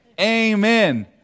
Amen